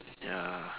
ya